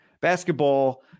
basketball